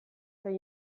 eta